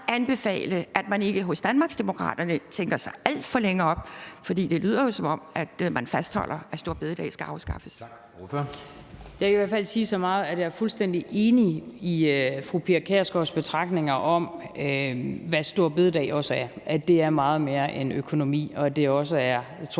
Jeg kan i hvert fald sige så meget, at jeg er fuldstændig enig i fru Pia Kjærsgaards betragtninger om, hvad store bededag også er: at det er meget mere end økonomi, og at det også er, jeg